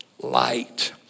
light